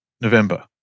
November